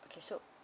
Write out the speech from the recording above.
okay so